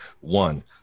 One